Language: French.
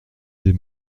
des